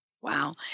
Wow